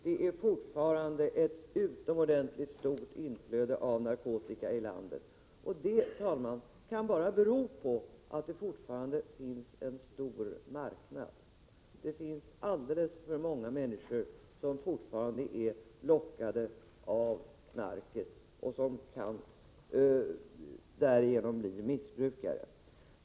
Det är fortfarande ett utomordentligt stort inflöde av narkotika i landet. Och det, herr talman, kan bara bero på att det fortfarande finns en stor marknad. Det finns alldeles för många människor som fortfarande är lockade av knarket och som därigenom kan bli missbrukare.